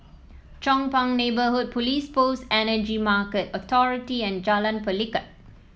Chong Pang Neighbourhood Police Post Energy Market Authority and Jalan Pelikat